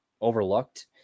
overlooked